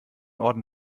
orden